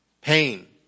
Pain